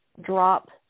drop